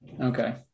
okay